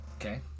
Okay